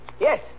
Yes